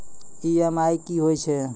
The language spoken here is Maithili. ई.एम.आई कि होय छै?